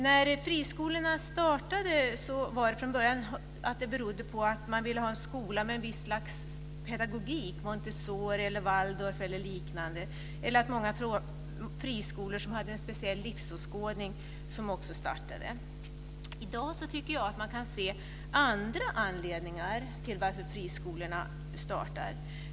När friskolor startat har det från början mest berott på att man ville ha en skola med ett visst slags pedagogik - Montessori, Waldorf eller liknande. Många friskolor som hade en speciell livsåskådning startades också. I dag tycker jag att man kan se andra anledningar till att friskolor startar.